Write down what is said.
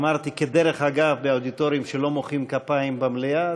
אמרתי כדרך אגב באודיטוריום שלא מוחאים כפיים במליאה,